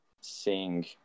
sing